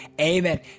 Amen